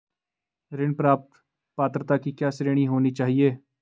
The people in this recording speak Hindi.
ऋण प्राप्त पात्रता की क्या श्रेणी होनी चाहिए?